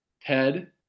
Ted